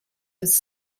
was